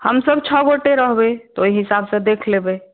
हम सब छओ गोटे रहबै ओहि हिसाब सॅं देख लेबै